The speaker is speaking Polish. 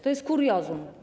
To jest kuriozum.